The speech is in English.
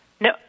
No